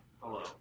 Hello